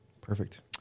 perfect